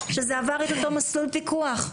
שזה עבר את אותו מסלול פיקוח.